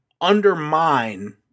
undermine